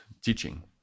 teaching